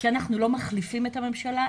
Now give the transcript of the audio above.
כי אנחנו לא מחליפים את הממשלה,